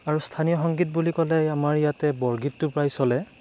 আৰু স্থানীয় সংগীত বুলি ক'লে আমাৰ ইয়াতে বৰগীতটো প্ৰায় চলে